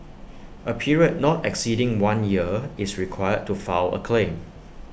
A period not exceeding one year is required to file A claim